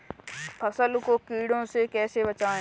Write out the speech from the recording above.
फसल को कीड़ों से कैसे बचाएँ?